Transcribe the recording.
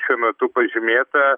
šiuo metu pažymėta